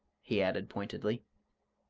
he added pointedly.